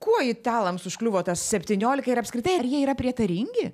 kuo italams užkliuvo tas septyniolika ir apskritai ar jie yra prietaringi